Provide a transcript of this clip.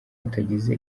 hatagize